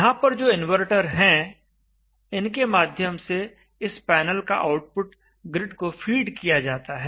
यहां पर जो इनवर्टर हैं इनके माध्यम से इस पैनल का आउटपुट ग्रिड को फीड किया जाता है